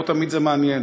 לא תמיד זה מעניין.